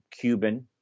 Cuban